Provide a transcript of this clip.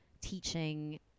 teaching